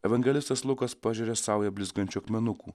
evangelistas lukas pažeria saują blizgančių akmenukų